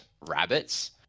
Rabbits